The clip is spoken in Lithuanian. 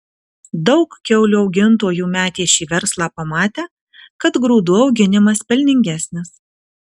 daug kiaulių augintojų metė šį verslą pamatę kad grūdų auginimas pelningesnis